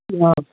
इधर